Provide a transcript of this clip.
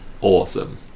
awesome